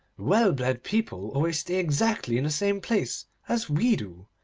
well-bred people always stay exactly in the same place, as we do.